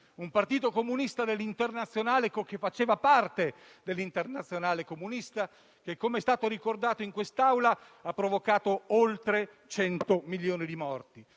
un Partito Comunista che faceva parte dell'Internazionale comunista che, come è stato ricordato in quest'Aula, ha provocato oltre 100 milioni di morti.